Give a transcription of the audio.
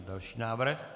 Další návrh.